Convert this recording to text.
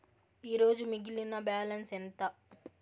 ఈరోజు మిగిలిన బ్యాలెన్స్ ఎంత?